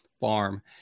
farm